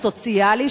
הסוציאלי,